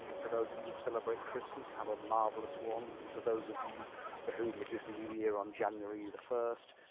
um to those of you who celebrate christmas, have a marvelous one, to those of you for whom it is new year on january the first,